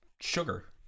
sugar